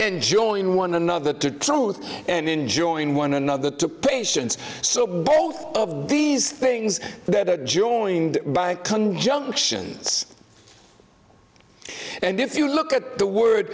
enjoying one another to truth and enjoying one another to patients so both of these things that are joined by conjunctions and if you look at the word